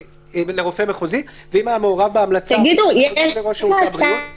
אז ראש שירותי הבריאות.